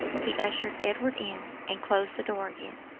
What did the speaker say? he ushered edward in, and closed the door again.